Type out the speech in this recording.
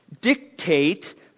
dictate